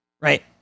right